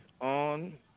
on